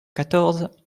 quatorze